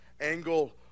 Angle